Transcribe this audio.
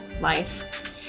life